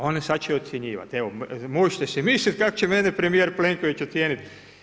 Oni sada će ocjenjivati, evo može se misliti kako će mene premijer Plenković ocijeniti.